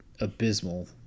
abysmal